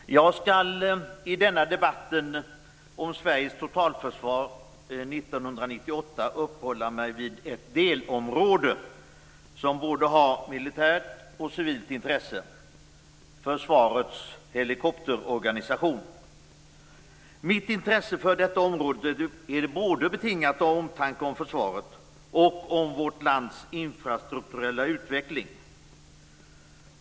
Fru talman! Jag skall i denna debatt om Sveriges totalförsvar 1998 uppehålla mig vid ett delområde som har både militärt och civilt intresse - försvarets helikopterorganisation. Mitt intresse för detta område är betingat av omtanke både om försvaret och om vårt lands infrastrukturella utveckling.